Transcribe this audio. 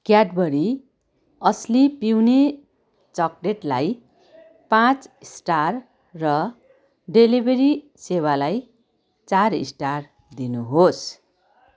Cadbury असली पिउने चकलेटलाई पाँच स्टार र डेलिभरी सेवालाई चार स्टार दिनुहोस्